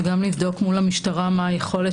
זה גם מצריך לבדוק מול המשטרה מה היכולת